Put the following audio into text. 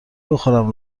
بخورم